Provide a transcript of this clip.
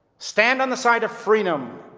stand on the side of freedom,